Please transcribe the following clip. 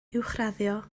uwchraddio